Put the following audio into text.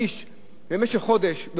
במשך חודש, באובדן להלכה,